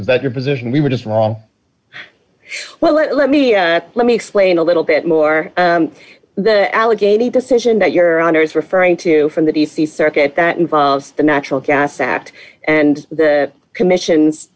but your position we were just wrong well let let me let me explain a little bit more the alleghany decision that your honor is referring to from the d c circuit that involves the natural gas act and the commission